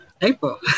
April